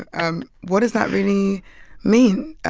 and what does that really mean?